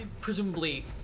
Presumably